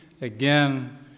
again